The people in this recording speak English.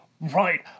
Right